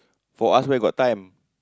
for us where got time